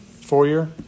Four-year